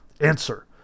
Answer